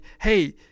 hey